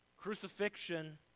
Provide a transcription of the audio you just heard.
Crucifixion